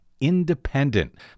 independent